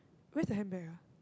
where's the handbag